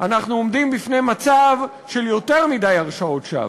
אנחנו עומדים בפני מצב של יותר מדי הרשעות שווא.